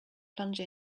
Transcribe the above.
plunge